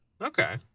Okay